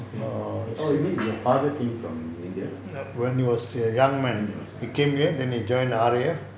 oh you mean your father came from india when he was young